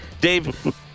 Dave